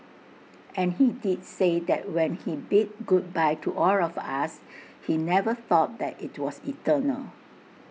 and he did say that when he bid goodbye to all of us he never thought that IT was eternal